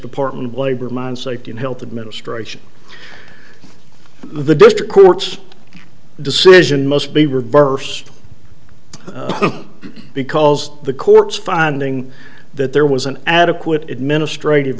department of labor mine safety and health administration the district court's decision must be reversed because the court's finding that there was an adequate administrative